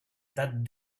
that